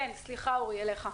סליחה אורי, אליך.